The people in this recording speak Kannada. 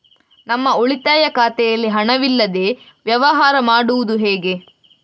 ನಮ್ಮ ಉಳಿತಾಯ ಖಾತೆಯಲ್ಲಿ ಹಣವಿಲ್ಲದೇ ವ್ಯವಹಾರ ಮಾಡುವುದು ಹೇಗೆ?